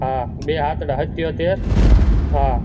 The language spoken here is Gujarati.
હા બે સાતડા સિત્યોતેર હા